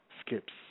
skips